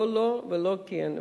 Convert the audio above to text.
לא לא ולא כן.